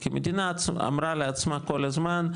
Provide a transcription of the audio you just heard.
כי המדינה אמרה לעצמה כל הזמן,